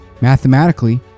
Mathematically